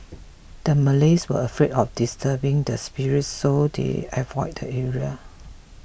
the Malays were afraid of disturbing the spirits so they avoided the area